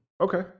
Okay